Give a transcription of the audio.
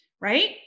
right